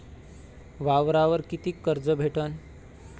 वावरावर कितीक कर्ज भेटन?